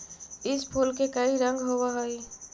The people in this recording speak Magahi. इस फूल के कई रंग होव हई